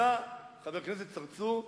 חבר הכנסת צרצור,